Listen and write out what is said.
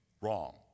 wrong